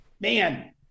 Man